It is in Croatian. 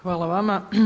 Hvala vama.